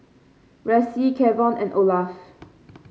Ressie Kevon and Olaf